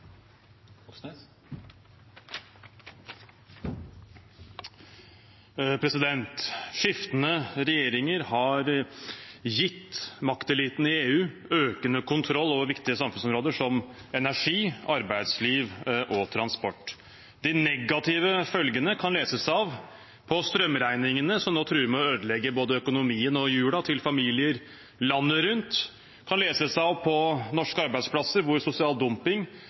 Skiftende regjeringer har gitt makteliten i EU økende kontroll over viktige samfunnsområder som energi, arbeidsliv og transport. De negative følgene kan leses av på strømregningene som nå truer med å ødelegge både økonomien og jula til familier landet rundt. De kan leses av på norske arbeidsplasser hvor sosial dumping